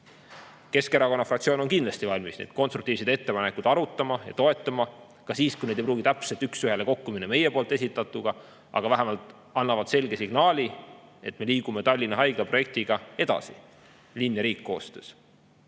Keskerakonna fraktsioon on kindlasti valmis neid konstruktiivseid ettepanekuid arutama ja toetama ka siis, kui need ei lähe täpselt üks ühele kokku meie esitatutega, aga vähemalt annavad selge signaali, et me liigume Tallinna Haigla projektiga edasi ning linn